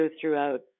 throughout